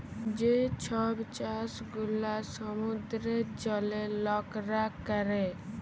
যে ছব চাষ গুলা সমুদ্রের জলে লকরা ক্যরে